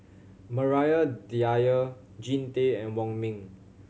Maria Dyer Jean Tay and Wong Ming